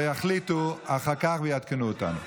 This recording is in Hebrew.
יחליטו אחר כך ויעדכנו אותנו.